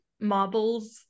marbles